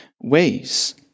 ways